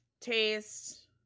taste